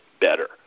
better